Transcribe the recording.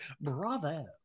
bravo